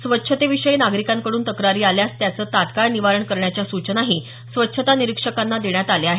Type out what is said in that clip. स्वच्छतेविषयी नागरिकांकडून तक्रारी आल्यास त्यांचं तत्काळ निवारण करण्याच्या सूचनाही स्वच्छता निरीक्षकांना देण्यात आल्या आहेत